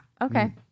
okay